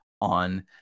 on